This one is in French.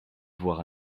voir